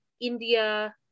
India